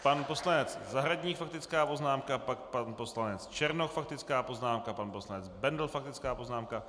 Pan poslanec Zahradník, faktická poznámka, pak pan poslanec Černoch, faktická poznámka, pan poslanec Bendl, faktická poznámka.